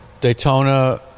Daytona